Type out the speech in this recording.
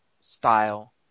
style